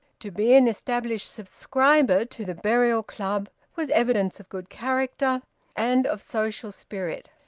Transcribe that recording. to be an established subscriber to the burial club was evidence of good character and of social spirit.